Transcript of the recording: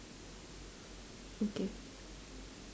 okay